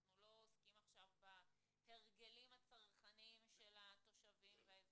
אנחנו לא עוסקים עכשיו בהרגלים הצרכניים של התושבים והאזרחים.